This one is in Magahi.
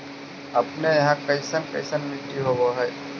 अपने यहाँ कैसन कैसन मिट्टी होब है?